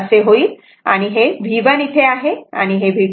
तेव्हा हे असेच राहू द्या